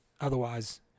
Otherwise